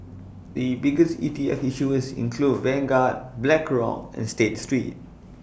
the biggest E T F issuers include Vanguard Blackrock and state street